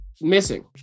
Missing